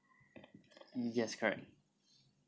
yes correct